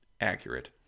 accurate